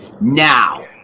now